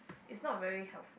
it's not very helpful